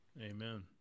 Amen